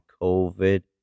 COVID